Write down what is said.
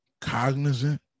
cognizant